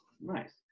Nice